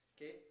Okay